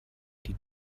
die